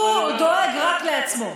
הוא דואג רק לעצמו.